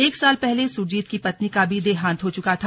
एक साल पहले सुरजीत की पत्नी का भी देहांत हो चुका था